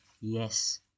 Yes